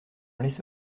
laisse